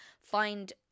find